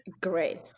Great